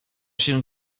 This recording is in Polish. się